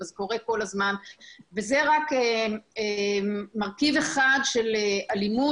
אבל זה קורה כל הזמן וזה רק מרכיב אחד של אלימות